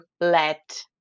let